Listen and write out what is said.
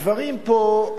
הדברים פה,